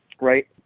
right